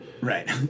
Right